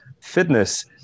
Fitness